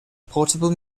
portable